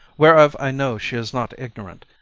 whereof i know she is not ignorant.